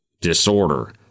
disorder